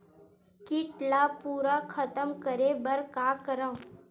कीट ला पूरा खतम करे बर का करवं?